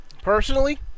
personally